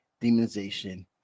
demonization